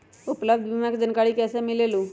उपलब्ध बीमा के जानकारी कैसे मिलेलु?